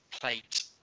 plate